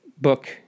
book